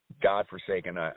godforsaken